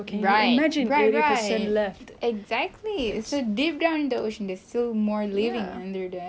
right right right exactly it's deep down in the ocean still more living under there